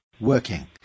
working